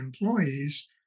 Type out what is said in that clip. employees